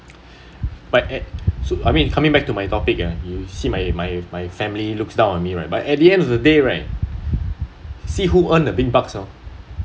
but at s~ I mean coming back to my topic uh you see my my my family looks down on me right but at the end of the day right see who earn the big bucks lor